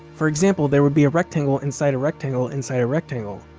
for example, there would be a rectangle inside a rectangle inside a rectangle,